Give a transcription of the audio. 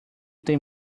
tem